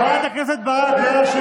חברת הכנסת ברק, חברת הכנסת ברק, נא לשבת.